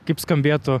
kaip skambėtų